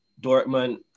Dortmund